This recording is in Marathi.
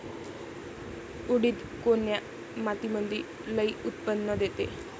उडीद कोन्या मातीमंदी लई उत्पन्न देते?